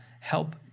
help